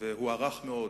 והוערך מאוד